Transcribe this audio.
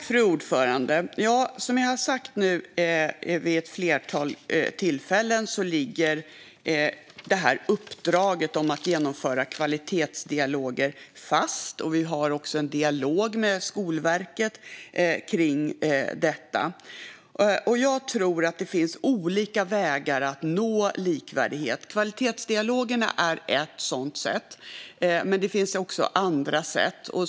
Fru talman! Som jag har sagt nu ett flertal gånger ligger uppdraget om att genomföra kvalitetsdialoger fast. Vi har också en dialog med Skolverket om detta. Det finns olika vägar att nå likvärdighet. Kvalitetsdialogerna är ett sådant sätt, men det finns också andra sätt.